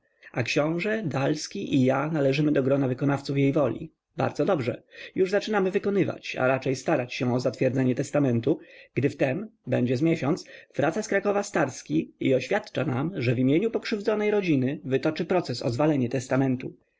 a książe dalski i ja należymy do grona wykonawców jej woli bardzo dobrze już zaczynamy wykonywać a raczej starać się o zatwierdzenie testamentu gdy w tem będzie z miesiąc wraca z krakowa starski i oświadcza nam że w imieniu pokrzywdzonej rodziny wytoczy proces o zwalenie testamentu